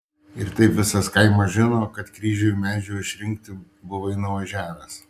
ir taip visas kaimas žino kad kryžiui medžio išrinkti buvai nuvažiavęs